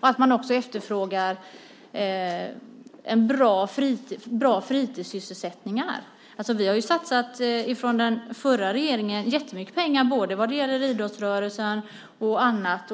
och att man också efterfrågar bra fritidssysselsättningar. Den förra regeringen har ju satsat jättemycket pengar på både idrottsrörelsen och annat.